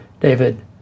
David